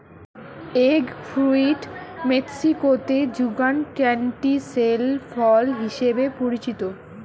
egg fruit মেক্সিকোতে যুগান canistel ফল হিসেবে পরিচিত